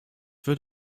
wird